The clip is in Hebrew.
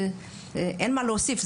אין מה להוסיף,